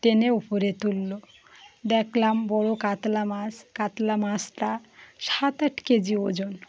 টেনে উপরে তুললো দেখলাম বড়ো কাতলা মাছ কাতলা মাছটা সাত আট কেজি ওজন